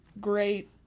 Great